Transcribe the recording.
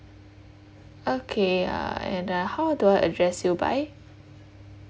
okay uh and uh how do I address you by